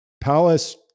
Palace